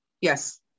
Yes